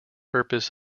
purpose